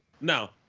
now